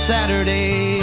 Saturday